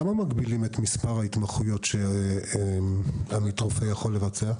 למה מגבילים את מספר ההתמחויות שעמית רופא יכול לבצע?